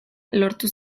lortu